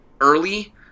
early